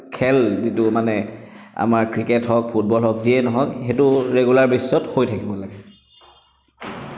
খেল যিটো মানে আমাৰ ক্ৰিকেট হওক ফুটবল হওক যিয়ে নহওক সেইটো ৰেগুলাৰ বেছিছত হৈ থাকিব লাগে